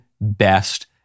best